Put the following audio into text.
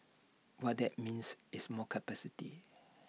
what that means is more capacity